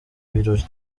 birori